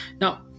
now